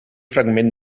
fragment